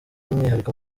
by’umwihariko